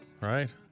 right